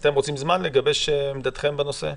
אתם רוצים זמן לגבש את עמדתכם בנושא?